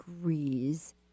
degrees